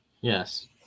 Yes